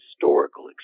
historical